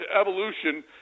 evolution